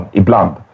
ibland